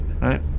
right